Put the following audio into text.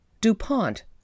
DuPont